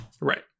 Right